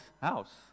house